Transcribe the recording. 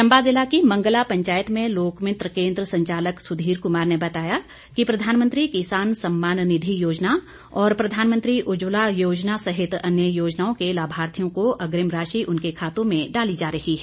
चंबा ज़िला की मंगला पंचायत में लोकमित्र केंद्र संचालक सुधीर कुमार ने बताया कि प्रधानमंत्री किसान सम्मान निधी योजना और प्रधानमंत्री उज्जवला योजना सहित अन्य योजनाओं के लाभार्थियों को अग्रिम राशि उनके खातों में डाली जा रही है